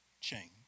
change